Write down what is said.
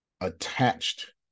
attached